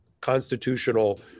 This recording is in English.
constitutional